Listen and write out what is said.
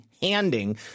handing